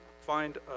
find